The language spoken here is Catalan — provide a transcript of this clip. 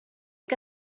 que